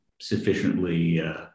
sufficiently